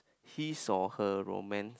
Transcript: his or her romances